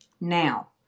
Now